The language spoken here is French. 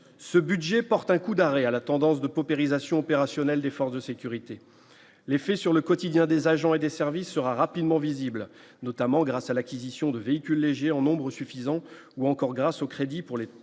ce budget porte un coup d'arrêt à la tendance de paupérisation opérationnelle des forces de sécurité, l'effet sur le quotidien des agents et des services sera rapidement visibles, notamment grâce à l'acquisition de véhicules légers en nombre suffisant, ou encore grâce au crédit pour les